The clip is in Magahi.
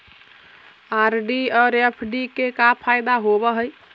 आर.डी और एफ.डी के का फायदा होव हई?